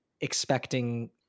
expecting